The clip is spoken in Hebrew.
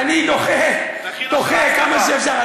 אני דוחה, דוחה כמה שאפשר.